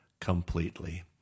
completely